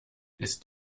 ist